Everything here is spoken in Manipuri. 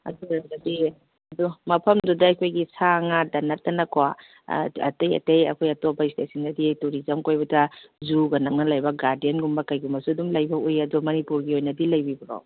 ꯑꯗꯨ ꯑꯣꯏꯔꯒꯗꯤ ꯑꯗꯣ ꯃꯐꯝꯗꯨꯗ ꯑꯩꯈꯣꯏꯒꯤ ꯁꯥ ꯉꯥꯗ ꯅꯠꯇꯅ ꯀꯣ ꯑꯇꯩ ꯑꯇꯩ ꯑꯩꯈꯣꯏ ꯏꯁꯇꯦꯠꯁꯤꯡꯗꯗꯤ ꯇꯧꯔꯤꯖꯝ ꯀꯣꯏꯕꯗ ꯖꯨꯒ ꯅꯛꯅꯅ ꯂꯩꯕ ꯒꯥꯔꯗꯦꯟꯒꯨꯝꯕ ꯀꯩꯒꯨꯝꯕꯁꯨ ꯑꯗꯨꯝ ꯂꯩꯕ ꯎꯏ ꯑꯗꯨ ꯃꯅꯤꯄꯨꯔꯒꯤ ꯑꯣꯏꯅꯗꯤ ꯂꯩꯕꯤꯕ꯭ꯔꯣ